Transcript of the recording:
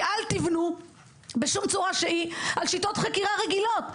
אל תבנו בשום צורה שהיא על שיטות חקירה רגילות.